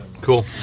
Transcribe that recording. cool